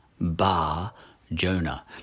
Bar-Jonah